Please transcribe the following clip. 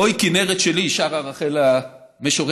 "הוי כינרת שלי", שרה רחל המשוררת.